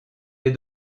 des